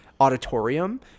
auditorium